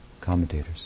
commentators